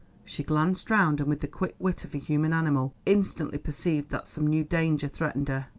she glanced round, and with the quick wit of a human animal, instantly perceived that some new danger threatened her.